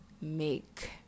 make